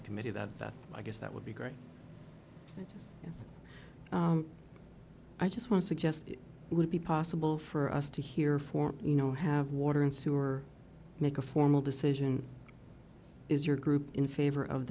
a committee that that i guess that would be great and i just want to suggest it would be possible for us to hear form you know have water and sewer make a formal decision is your group in favor of